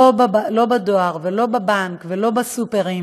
לא בדואר ולא בבנק ולא בסופר,